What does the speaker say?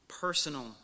personal